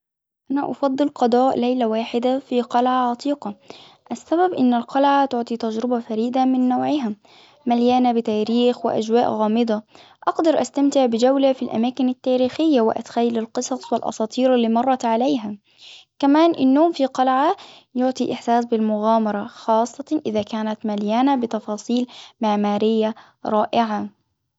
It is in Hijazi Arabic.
أنا أفضل قضاء ليلة واحدة في قلعة عتيقة، السبب أن القلعة تعطي تجربة فريدة من نوعها، مليانة بتاريخ وأجواء غامضة، أقدر أستمتع بجولة في الأماكن التاريخية وأتخيل القصص والأساطير اللي مرت عليها، كمان النوم في قلعة يعطي إحساس بالمغامرة خاصة إذا كانت مليانة بتفاصيل معمارية رائعة.